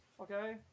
Okay